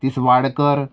Tiswadkar